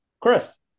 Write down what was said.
Chris